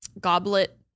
goblet